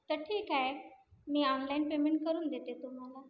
तर ठीक आहे मी ऑनलाईन पेमेंट करून देते तुम्हाला